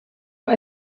vor